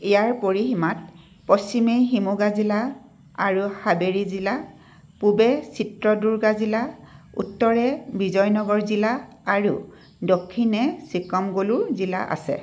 ইয়াৰ পৰিসীমাত পশ্চিমে শিমোগা জিলা আৰু হাবেৰী জিলা পূবে চিত্ৰদুৰ্গা জিলা উত্তৰে বিজয়নগৰ জিলা আৰু দক্ষিণে চিকমগলুৰ জিলা আছে